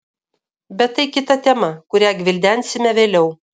bet tai kita tema kurią gvildensime vėliau